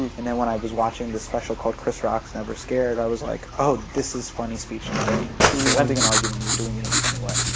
and when when i was watching the special called chris rock's never scared, i was like, oh, this is funny speech and debate. he's presenting an argument but just doing it in a funny way.